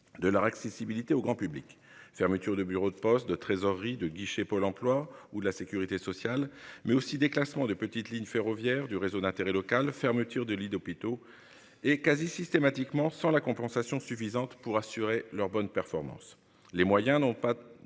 De leur accessibilité au grand public. Fermeture de bureaux de poste de trésorerie de guichets, Pôle emploi ou la sécurité sociale mais aussi des classements des petites lignes ferroviaires du réseau d'intérêt local. Fermeture de lits d'hôpitaux et quasi systématiquement sur la compensation suffisante pour assurer leur bonne performance les moyens n'ont pas